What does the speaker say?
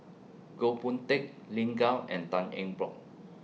Goh Boon Teck Lin Gao and Tan Eng Bock